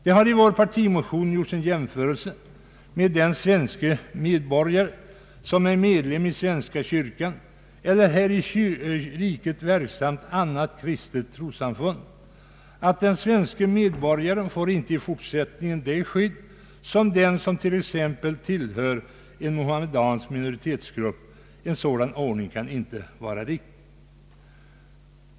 Det har i vår partimotion hävdats att den svenske medborgare som är medlem av svenska kyrkan eller av här i riket verksamt annat kristet trossamfund inte i fortsättningen får det skydd som den åtnjuter som t.ex. tillhör en muhammedansk minoritetsgrupp. En sådan ordning kan inte vara riktig.